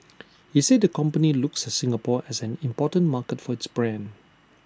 he said the company looks at Singapore as an important market for its brand